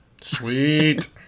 Sweet